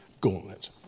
gauntlet